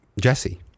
Jesse